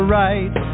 right